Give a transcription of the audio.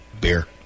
beer